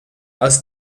aus